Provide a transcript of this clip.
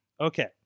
okay